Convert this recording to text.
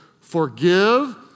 forgive